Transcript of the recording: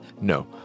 No